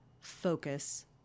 focus